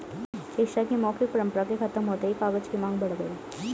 शिक्षा की मौखिक परम्परा के खत्म होते ही कागज की माँग बढ़ गई